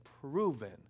proven